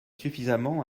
suffisamment